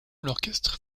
l’orchestre